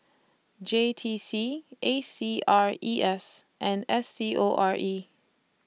J T C A C R E S and S C O R E